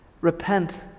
repent